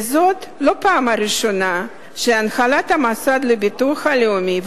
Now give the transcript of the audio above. וזאת לא הפעם הראשונה שהנהלת המוסד לביטוח לאומי,